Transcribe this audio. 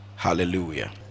Hallelujah